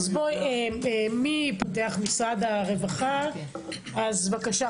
משרד הרווחה, בבקשה.